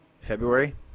February